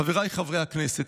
חבריי חברי הכנסת,